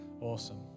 Awesome